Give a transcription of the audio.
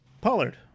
Pollard